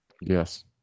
Yes